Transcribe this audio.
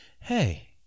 Hey